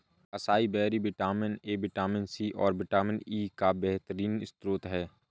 acai berry vitamin A, vitamin C, और vitamin E का बेहतरीन स्त्रोत है